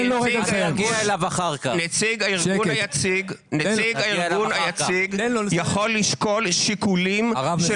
נציג הארגון היציג יכול לשקול שיקולים של